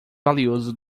valioso